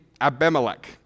Abimelech